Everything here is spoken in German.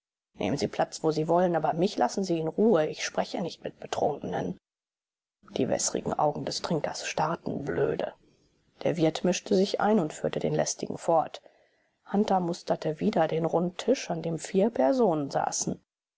nehmen sie platz wo sie wollen aber mich lassen sie in ruhe ich spreche nicht mit betrunkenen die wäßrigen augen des trinkers starrten blöde der wirt mischte sich ein und führte den lästigen fort hunter musterte wieder den rundtisch an dem vier personen saßen